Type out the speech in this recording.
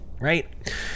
right